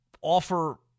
offer